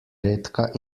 redka